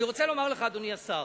אני רוצה לומר לך, אדוני השר,